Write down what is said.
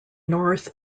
north